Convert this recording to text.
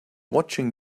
watching